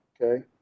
okay